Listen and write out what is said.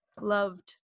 loved